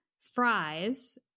fries